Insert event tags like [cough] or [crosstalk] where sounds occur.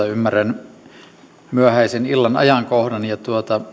[unintelligible] ymmärrän myöhäisen illan ajankohdan ja